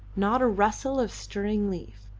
not a rustle of stirring leaf,